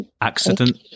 accident